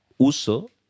Uso